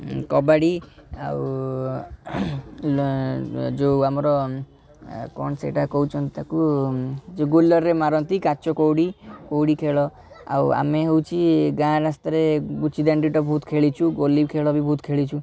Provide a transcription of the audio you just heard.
କବାଡ଼ି ଆଉ ଯେଉଁ ଆମର କ'ଣ ସେଇଟା କହୁଛନ୍ତି ତାକୁ ଯେଉଁ ଗୁଲ୍ ରେ ମାରନ୍ତି କାଚ କଉଡ଼ି କଉଡ଼ି ଖେଳ ଆଉ ଆମେ ହେଉଛି ଗାଁ ରାସ୍ତାରେ ପୁଚି ଦାଣ୍ଡିଟା ବହୁତ୍ ଖେଳିଛୁ ଗୋଲି ଖେଳ ବି ବହୁତ ଖେଳିଛୁ